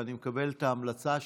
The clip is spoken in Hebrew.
ואני מקבל את ההמלצה שלך,